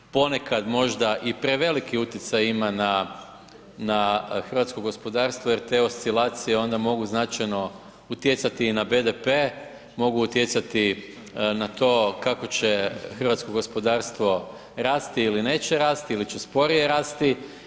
Ponekad možda i preveliki utjecaj ima na hrvatsko gospodarstvo jer te oscilacije onda mogu značajno utjecati i na BDP, mogu utjecati na to kako će hrvatsko gospodarstvo rasti ili neće rasti ili će sporije rasti.